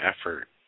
effort